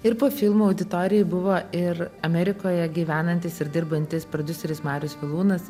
ir po filmo auditorijoj buvo ir amerikoje gyvenantis ir dirbantis prodiuseris marius vilūnas